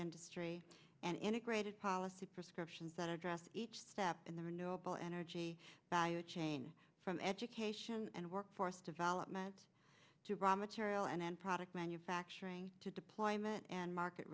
industry and integrated policy prescriptions that address each step in their noble energy value chain from education and workforce development to raw material and product manufacturing to deployment and market